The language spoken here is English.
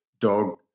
dog